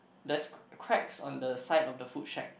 there's cracks on the side of the food shack